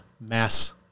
mass